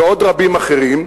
ועוד רבים אחרים,